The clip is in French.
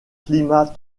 climat